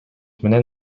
менен